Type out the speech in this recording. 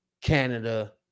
Canada